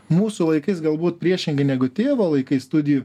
mūsų laikais galbūt priešingai negu tėvo laikais studijų